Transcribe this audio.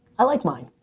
i like mine,